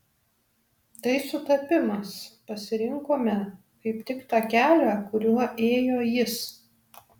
tai sutapimas pasirinkome kaip tik tą kelią kuriuo ėjo jis